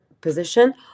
position